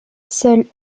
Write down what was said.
seuls